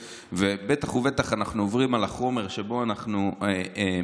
ובטח ובטח אנחנו עוברים על החומר שבו אנחנו מתעסקים.